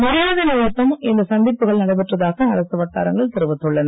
மரியாதை நிமித்தம் இந்த சந்திப்புகள் நடைபெற்றதாக அரசு வட்டாரங்கள் தெரிவிக்கின்றன